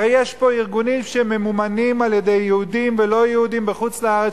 הרי יש פה ארגונים שממומנים על-ידי יהודים ולא-יהודים בחוץ-לארץ,